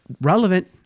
relevant